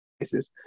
cases